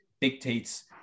dictates